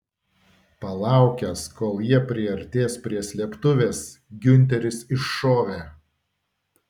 palaukęs kol jie priartės prie slėptuvės giunteris iššovė